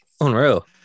Unreal